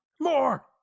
More